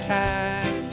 time